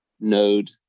node